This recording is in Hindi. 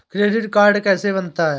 क्रेडिट कार्ड कैसे बनता है?